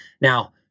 Now